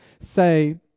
say